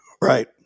Right